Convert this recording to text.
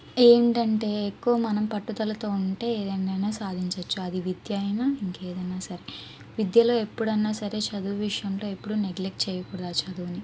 ఏంటంటే ఎక్కువ మనం పట్టుదలతో ఉంటే దేన్నైనా సాధించవచ్చు అది విద్య అయినా ఇంకేదైనా సరే విద్యలో ఎప్పుడన్నా సరే చదువు విషయంలో ఎప్పుడూ నెగ్లెక్ట్ చేయకూడదు ఆ చదువుని